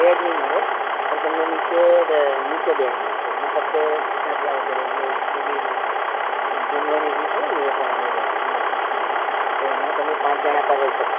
bed નહીં મળે પણ તમને નીચે બેડ મળશે મતલબ કે ગાદલા વગર એટલે કે જુની જુનવાણી રીત હોય ને એ પ્રમાણે મળશે તો એમાં તમે પાંચ જણા પણ રહી શકો